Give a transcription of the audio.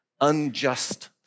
unjust